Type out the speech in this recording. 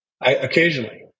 Occasionally